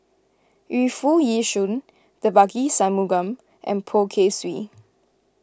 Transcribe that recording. Yu Foo Yee Shoon Devagi Sanmugam and Poh Kay Swee